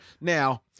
Now